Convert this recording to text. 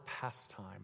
pastime